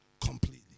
completely